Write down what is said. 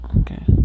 Okay